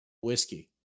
whiskey